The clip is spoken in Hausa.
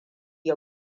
ya